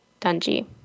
Dungey